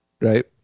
right